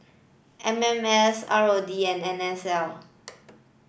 M M S R O D and N S L